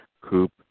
Coop